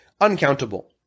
uncountable